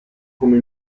come